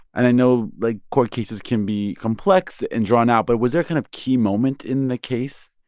and i know, like, court cases can be complex and drawn out, but was there kind of key moment in the case?